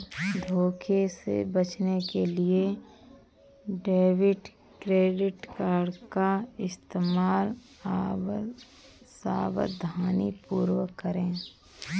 धोखे से बचने के लिए डेबिट क्रेडिट कार्ड का इस्तेमाल सावधानीपूर्वक करें